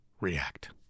react